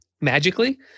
magically